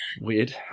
weird